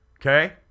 okay